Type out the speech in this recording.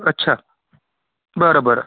अच्छा बरं बरं